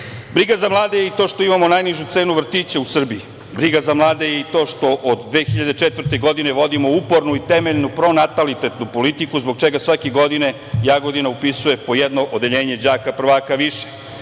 škole. Briga za mlade je i to što imamo najnižu cenu vrtića u Srbiji. Briga za mlade je i to što od 2004. godine vodimo upornu i temeljnu pronatalitetnu politiku zbog čega svake godine Jagodina upisuje po jedno odeljenje đaka prvaka više.